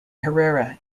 herrera